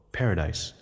paradise